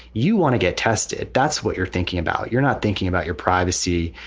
you want to get tested. that's what you're thinking about. you're not thinking about your privacy.